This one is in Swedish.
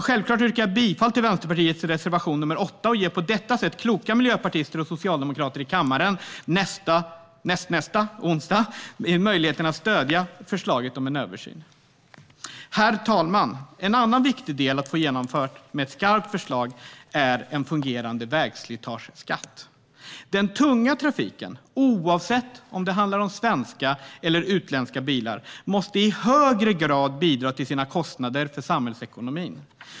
Självklart yrkar jag bifall till Vänsterpartiets reservation nr 8 och ger på detta sätt kloka miljöpartister och socialdemokrater i kammaren möjligheten att nästnästa onsdag stödja förslaget om en översyn. Herr talman! En annan viktig del att få genomförd med ett skarpt förslag är en fungerande vägslitageskatt. Den tunga trafiken, oavsett om det handlar om svenska eller utländska bilar, måste i högre grad bära sina kostnader för samhällsekonomin.